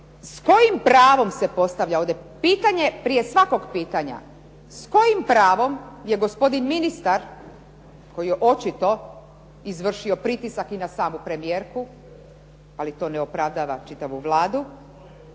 s kojim pravom se postavlja pitanje prije svakog pitanja, s kojim pravom je gospodin ministar koji je očito izvršio pritisak i na samu premijerku, ali to ne opravdava čitavu Vladu,